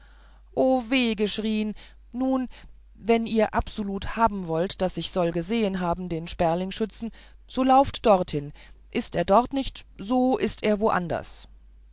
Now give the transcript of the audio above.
o weh geschrien nun wenn ihr absolut haben wollt daß ich soll gesehen haben den sperlingschützen so lauft dorthin ist er dort nicht so ist er anderswo